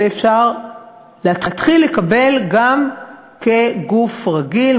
ואפשר להתחיל לקבל גם כגוף רגיל,